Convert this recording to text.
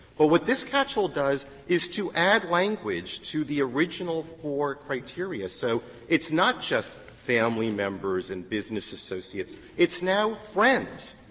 but what this catch-all does is to add language to the original four criteria, so it's not just family members and business associates. it's now friends,